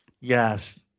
Yes